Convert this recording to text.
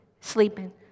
sleeping